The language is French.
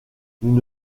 nous